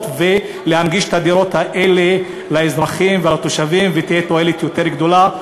ולהנגיש את הדירות האלה לאזרחים ולתושבים ותהיה תועלת יותר גדולה.